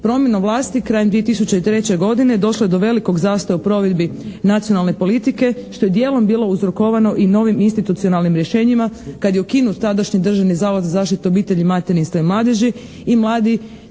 Promjenom vlasti krajem 2003. godine došlo je do velikog zastoja u provedbi nacionalne politike što je dijelom bilo uzrokovano i novim institucionalnim rješenjima kada je ukinut tadašnji Državni zavod za zaštitu obitelji, materinstva i mladeži i mladi